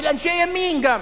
של אנשי ימין גם,